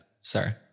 Sorry